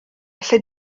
lle